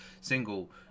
single